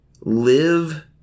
live